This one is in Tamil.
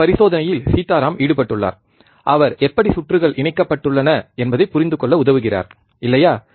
இந்தப் பரிசோதனையில் சீதாராம் ஈடுபட்டுள்ளார் அவர் எப்படி சுற்றுகள் இணைக்கப்பட்டுள்ளன என்பதை புரிந்துகொள்ள உதவுகிறார் இல்லையா